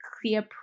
clear